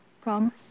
Promise